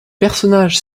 personnages